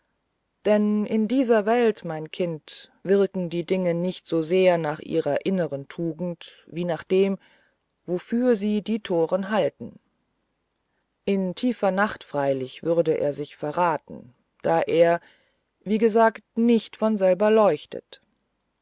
denn in dieser welt mein kind wirken die dinge nicht so sehr nach ihrer inneren tugend wie nach dem wofür sie die toren halten in tiefer nacht freilich würde er sich verraten da er wie gesagt nicht von selber leuchtet